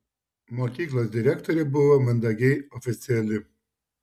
mokyklos direktorė buvo mandagiai oficiali